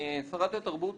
שרת התרבות